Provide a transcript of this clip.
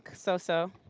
so-so.